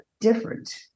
different